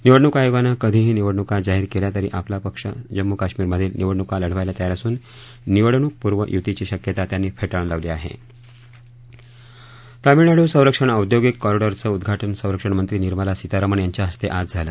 निवडणूक आयोगानं कधीही निवडणूका जाहीर केल्या तरी आपला पक्ष जम्मू कश्मिरमधील निवडणूका लढवायला तयार असून निवडणूक पूर्व यूतीची शक्यता त्यांनी फे तामिळनाडू संरक्षण औद्योगिक कॉरिडॉरचं उद्घा ज़ संरक्षणमंत्री निर्मला सीतारामन यांच्या हस्ते आज झालं